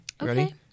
Ready